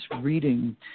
reading